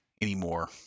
anymore